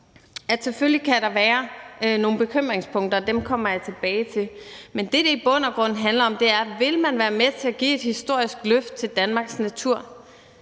selvfølgelig kan der være nogle bekymringspunkter, og dem kommer jeg tilbage til, men at det, som det i bund og grund handler om, er: Vil man være med til at give et historisk løft til Danmarks natur?